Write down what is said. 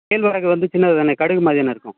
கேழ்வரகு வந்து சின்னது தானே கடுகு மாதிரி தானே இருக்கும்